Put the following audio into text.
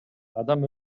адам